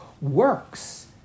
works